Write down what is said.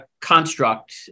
construct